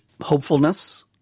hopefulness